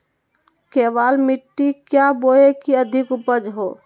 केबाल मिट्टी क्या बोए की अधिक उपज हो?